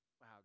Wow